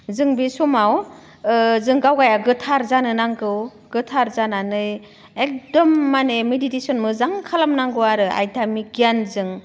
जों बे समाव जों गावबाया गोथार जानो नांगौ गोथार जानानै एखदम मानि मेडिटेसन मोजां खालामनांगौ आरो आयथामिग गियानजों